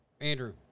Andrew